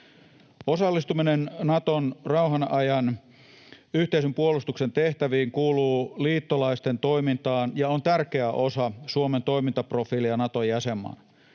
Osallistuminen Naton rauhan ajan yhteisen puolustuksen tehtäviin kuuluu liittolaisten toimintaan ja on tärkeä osa Suomen toimintaprofiilia Naton jäsenmaana.